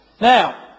Now